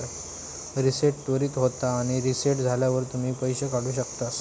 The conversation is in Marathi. रीसेट त्वरीत होता आणि रीसेट झाल्यावर तुम्ही पैशे काढु शकतास